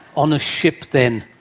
on a ship then,